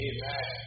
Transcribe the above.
Amen